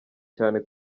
cyane